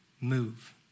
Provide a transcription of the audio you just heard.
move